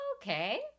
okay